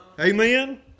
Amen